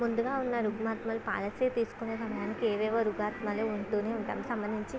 ముందుగా ఉన్న రుగ్మతలు పాలసీ తీసుకునే సమయానికి ఏవేవో రుగ్మతలు ఉంటూనే ఉంటాయి సంబంధించి